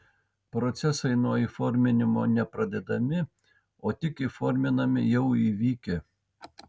procesai nuo įforminimo ne pradedami o tik įforminami jau įvykę